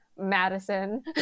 madison